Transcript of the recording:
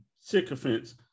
sycophants